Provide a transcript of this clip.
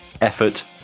effort